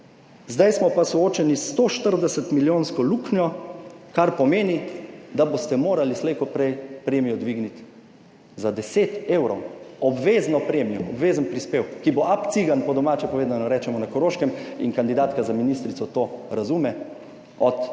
zdaj smo pa soočeni s 140 milijonsko luknjo, kar pomeni da boste morali slej ko prej premijo dvigniti za 10 evrov, obvezno premijo, obvezen prispevek, ki bo apcigan po domače povedano rečemo na Koroškem in kandidatka za ministrico to razume od